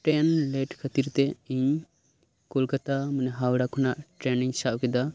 train late ᱠᱷᱟᱹᱛᱤᱨ ᱛᱮ ᱤᱧ ᱠᱳᱞᱠᱟᱛᱟ ᱢᱮᱱᱮ ᱦᱟᱣᱲᱟ ᱠᱷᱚᱱᱟᱜ ᱴᱨᱮᱱ ᱤᱧ ᱥᱟᱵ ᱠᱮᱫᱟ